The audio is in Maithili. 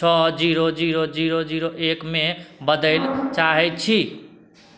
छओ जीरो जीरो जीरो जीरो एकमे बदलै चाहै छी